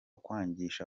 kwangisha